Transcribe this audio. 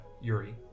yuri